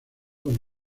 con